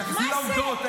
--- תתייחסי לעובדות,